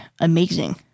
amazing